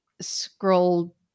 scroll